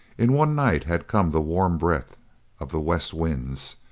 in one night had come the warm breath of the west winds,